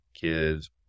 kids